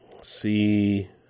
see